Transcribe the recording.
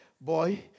Boy